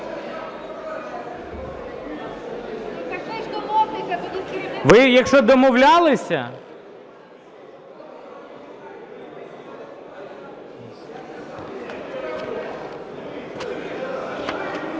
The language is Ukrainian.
Ви якщо домовлялися…